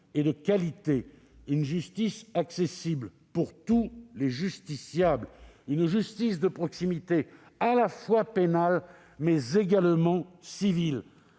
et de qualité ; une justice accessible pour tous les justiciables ; une justice de proximité non seulement pénale, mais également civile.